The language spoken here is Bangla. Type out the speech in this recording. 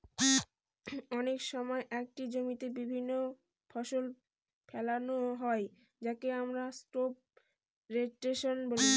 অনেক সময় একটি জমিতে বিভিন্ন ফসল ফোলানো হয় যাকে আমরা ক্রপ রোটেশন বলি